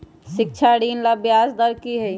शिक्षा ऋण ला ब्याज दर कि हई?